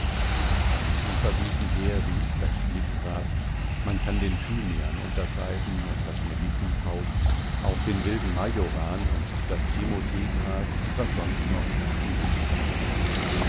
von den uferwiesen her riecht das schnittgras man kann den thymian unterscheiden und das melissenkraut auch den wilden majoran und das thimotheegras und was sonst noch starken duft an sich hat